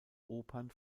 opern